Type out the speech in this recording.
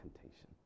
temptation